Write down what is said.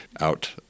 out